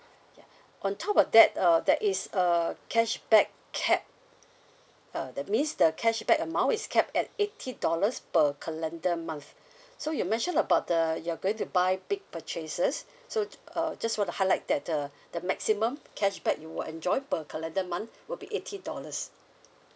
ya on top of that uh there is a cashback cap uh that means the cashback amount is capped at eighty dollars per calendar month so you mentioned about uh you are going to buy big purchases so uh just for the highlight that uh the maximum cashback you will enjoy per calendar month will be eighty dollars